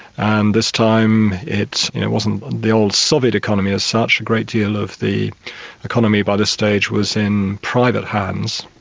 and this time it it wasn't the old soviet economy as such. a great deal of the economy by this stage was in private hands.